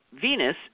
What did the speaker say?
Venus